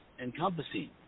encompassing